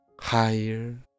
higher